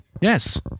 Yes